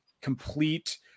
complete